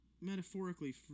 metaphorically